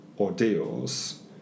ordeals